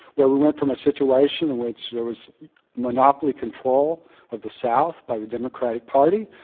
where we went from a situation and which there was monopoly control of the south by the democratic party